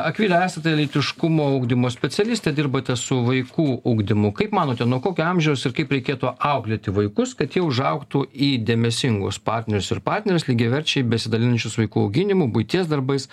akvile esate lytiškumo ugdymo specialistė dirbate su vaikų ugdymu kaip manote nuo kokio amžiaus ir kaip reikėtų auklėti vaikus kad jie užaugtų į dėmesingus partnerius ir partneres lygiaverčiai besidalinančius vaikų auginimu buities darbais